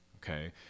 okay